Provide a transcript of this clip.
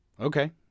okay